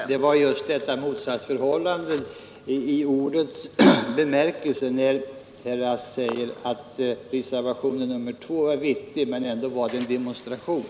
Fru talman! Det var just detta motsatsförhållande — i ordets verkliga bemärkelse — som jag avsåg: Herr Rask sade att reservationen 2 var vettig, men att den ändå var en demonstration.